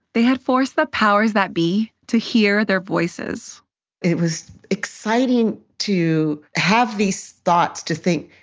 they had forced the powers that be to hear their voices it was exciting to have these thoughts to think,